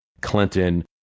Clinton